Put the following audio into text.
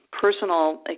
personal